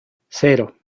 cero